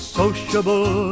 sociable